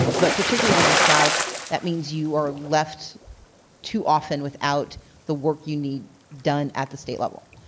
but particularly in the south, that means you are left too often without the work you need done at the state level.